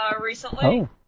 recently